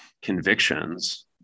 convictions